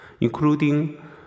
including